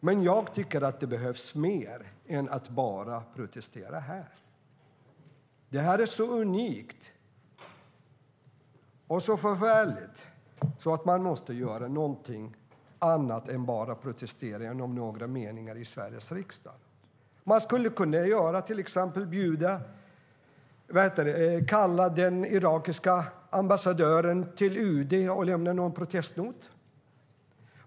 Men jag tycker att det behövs mer än att bara protestera här. Det här är så unikt och förfärligt att man måste göra någonting annat än att bara protestera i några meningar i Sveriges riksdag. Man skulle till exempel kunna kalla den irakiska ambassadören till UD och lämna en protestnot.